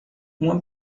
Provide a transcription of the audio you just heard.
uma